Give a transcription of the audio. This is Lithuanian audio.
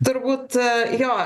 turbūt jo